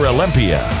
Olympia